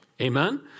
Amen